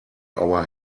our